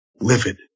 Livid